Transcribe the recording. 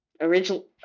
original